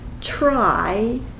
try